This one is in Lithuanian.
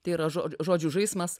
tai yra žo žodžių žaismas